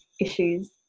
issues